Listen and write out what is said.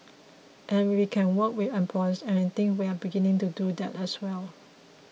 and we can work with employers and I think we're beginning to do that as well